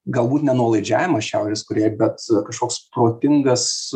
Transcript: galbūt nenuolaidžiavimas šiaurės korėjai bet kažkoks protingas